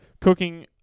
Cooking